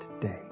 today